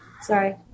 Sorry